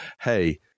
hey